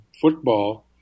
football